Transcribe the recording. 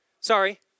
Sorry